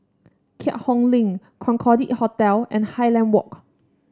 Keat Hong Link Concorde Hotel and Highland Walk